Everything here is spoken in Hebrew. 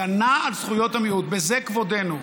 הגנה על זכויות המיעוט, בזה כבודנו.